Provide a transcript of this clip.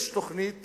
יש תוכנית